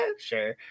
Sure